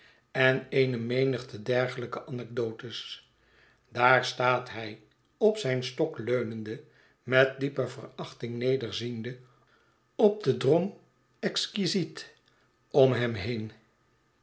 en eene menigte dergelijke anekdotes daar staat hij op zijn stok leunende met diepe verachting nederziende op den drom exquisites om hem heen